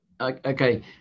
Okay